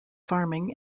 farming